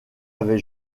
avait